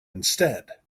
instead